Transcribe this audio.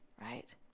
right